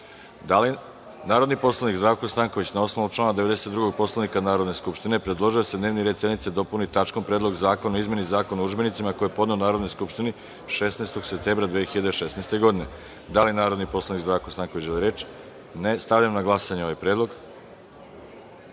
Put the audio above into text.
predlog. Narodni poslanik Zdravko Stanković, na osnovu člana 92. Poslovnika Narodne skupštine, predložio je da se dnevni red sednice dopuni tačkom – Predlog zakona o izmeni Zakona o udžbenicima, koji je podneo Narodnoj skupštini 16. septembra 2016. godine. Da li narodni poslanik Zdravko Stanković, želi reč? (Ne.)Stavljam na glasanje ovaj